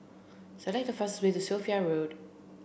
select the fastest way to Sophia Road